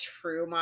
true